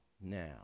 now